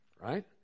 Right